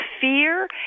fear